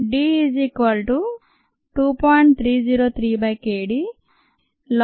D 2